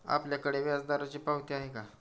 आपल्याकडे व्याजदराची पावती आहे का?